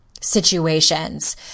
situations